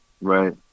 Right